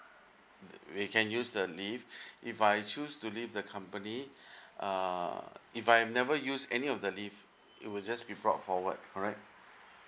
we can use the leave if I choose to leave the company uh if I've never use any of the leave it will just be brought forward correct